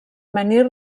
menhir